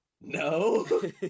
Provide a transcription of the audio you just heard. no